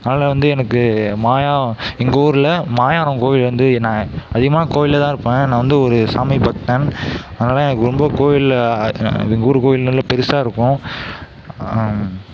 அதனால வந்து எனக்கு மாயாவரம் எங்கள் ஊரில் மாயாவரம் கோவில் வந்து நான் அதிகமாக கோவிலில் தான் இருப்பேன் நான் வந்து ஒரு சாமி பக்தன் அதனால எனக்கு ரொம்ப கோவிலில் எங்கள் ஊர் கோயில் நல்ல பெரிசா இருக்கும்